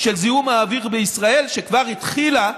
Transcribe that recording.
של זיהום האוויר בישראל, שכבר התחילה.